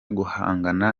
guhangana